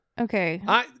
Okay